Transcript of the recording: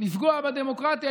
לפגוע בדמוקרטיה,